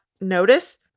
notice